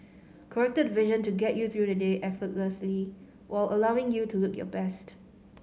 corrected vision to get you through the day effortlessly while allowing you to look your best